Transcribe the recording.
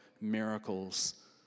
miracles